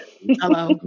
Hello